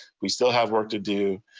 we still have work to do.